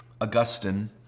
Augustine